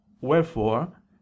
wherefore